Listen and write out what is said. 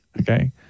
Okay